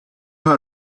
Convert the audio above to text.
how